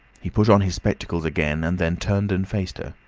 he put on his spectacles again, and then turned and faced her.